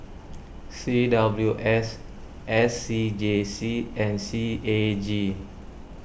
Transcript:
C W S S C G C and C A G